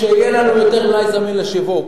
כשיהיה לנו יותר מלאי זמין לשיווק